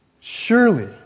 Surely